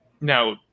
now